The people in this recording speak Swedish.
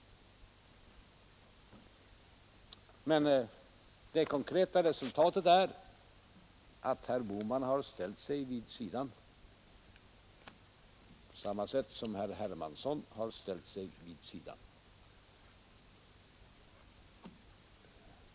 Men det konkreta resultatet är att herr Bohman har ställt sig vid sidan, på samma sätt som herr Hermansson har ställt sig vid sidan.